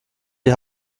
die